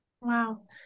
Wow